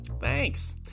Thanks